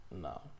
No